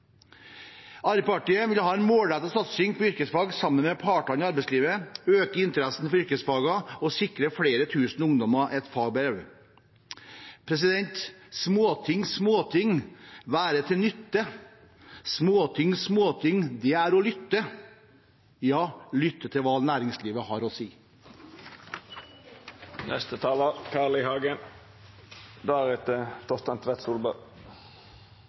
Arbeiderpartiet vil ha en målrettet satsing på yrkesfag sammen med partene i arbeidslivet, øke interessen for yrkesfagene og sikre flere tusen ungdommer et fagbrev. «Småting, småting være til nytte. Småting, småting, det er å lytte» – ja, å lytte til hva næringslivet har å si!